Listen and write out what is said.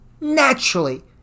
naturally